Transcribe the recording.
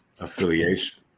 affiliation